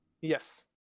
yes